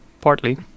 Partly